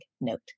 note